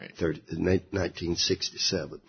1967